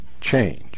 change